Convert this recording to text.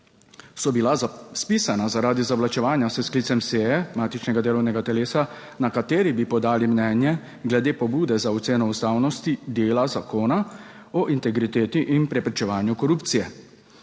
so bila spisana zaradi zavlačevanja s sklicem seje matičnega delovnega telesa, na kateri bi podali mnenje glede pobude za oceno ustavnosti dela Zakona o integriteti in preprečevanju korupcije.